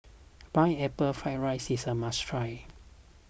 Pineapple Fried Rice is a must try